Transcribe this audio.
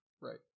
right